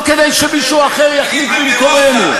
לא כדי שמישהו אחר יחליט במקומנו,